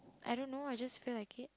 I don't know I just feel like it